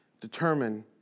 determine